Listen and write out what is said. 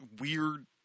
weird